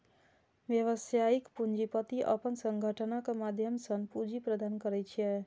व्यावसायिक पूंजीपति अपन संगठनक माध्यम सं पूंजी प्रदान करै छै